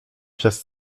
przez